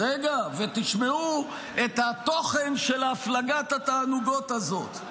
רגע, ותשמעו את התוכן של הפלגת התענוגות הזאת.